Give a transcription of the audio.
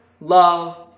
love